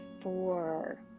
Four